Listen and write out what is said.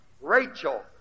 Rachel